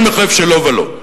ההיגיון מחייב שלא ולא.